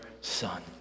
son